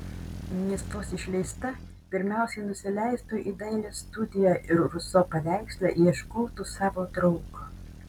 nes vos išleista pirmiausiai nusileistų į dailės studiją ir ruso paveiksle ieškotų savo draugo